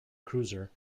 cruiser